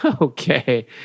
Okay